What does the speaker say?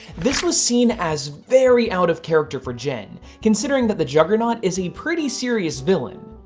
this was seen as very out of character for jen considering that the juggernaut is a pretty serious villain.